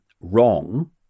wrong